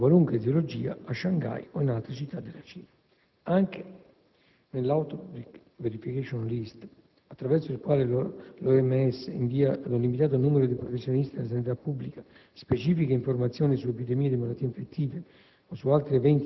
di qualunque eziologia, a Shanghai o in altre città della Cina. Anche nell'Outbreak Verification List, attraverso il quale l'OMS invia ad un limitato numero di professionisti della sanità pubblica specifiche informazioni su epidemie di malattie infettive